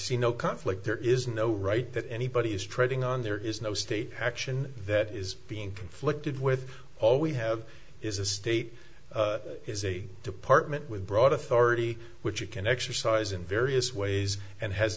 see no conflict there is no right that anybody is treading on there is no state action that is being conflicted with all we have is a state department with broad authority which it can exercise in various ways and has